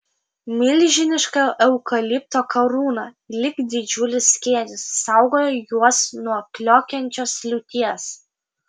milžiniška eukalipto karūna lyg didžiulis skėtis saugojo juos nuo kliokiančios liūties